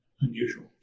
unusual